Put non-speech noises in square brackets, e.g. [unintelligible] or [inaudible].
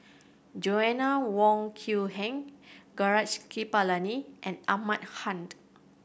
Joanna Wong Quee Heng Gaurav Kripalani and Ahmad Khan [unintelligible]